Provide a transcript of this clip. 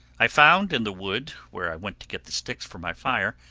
i found in the wood where i went to get the sticks for my fire,